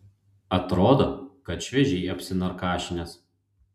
atrodo kad šviežiai apsinarkašinęs